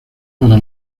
para